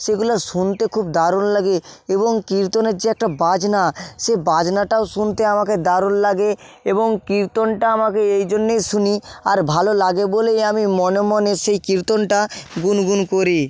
সেগুলো শুনতে খুব দারুণ লাগে এবং কীর্তনের যে একটা বাজনা সে বাজনাটাও শুনতে আমাকে দারুণ লাগে এবং কীর্তনটা আমাকে এই জন্যেই শুনি আর ভালো লাগে বলেই আমি মনে মনে সেই কীর্তনটা গুনগুন করি